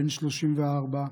בן 34,